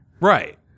Right